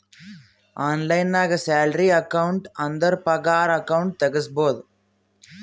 online ನಾಗ್ salary account ಅಂದುರ್ ಪಗಾರ ಅಕೌಂಟ್ ತೆಗುಸ್ಬೋದು